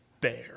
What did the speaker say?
bear